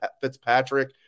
Fitzpatrick